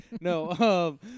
No